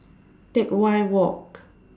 Teck Whye Walk